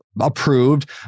approved